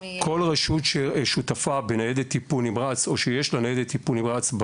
כל רשות ששותפה בניידת טיפול נמרץ או שיש לה ניידת טיפול נמרץ,